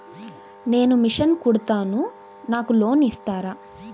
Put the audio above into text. నేను మిషన్ కుడతాను నాకు లోన్ ఇస్తారా?